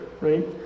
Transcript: right